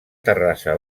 terrassa